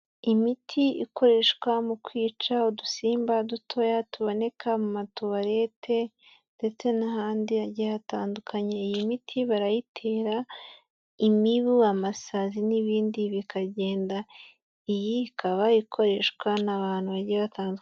Imiti ikoreshwa mu kwica udusimba dutoya tuboneka mu matuwarete ndetse n'ahandi hatandukanye, iyi miti barayitera imibu, amasazi, n'ibindi bikagenda, iyi ikaba ikoreshwa n'abantu bagiye batandukanye.